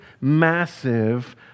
massive